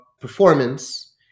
performance